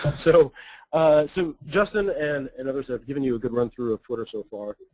so so justin and and others have given you a good run through of twitter so far.